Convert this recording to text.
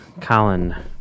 Colin